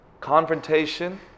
Confrontation